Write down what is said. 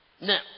Now